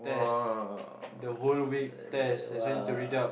!wah! that !wah!